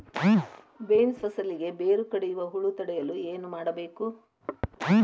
Beans ಫಸಲಿಗೆ ಬೇರು ಕಡಿಯುವ ಹುಳು ತಡೆಯಲು ಏನು ಮಾಡಬೇಕು?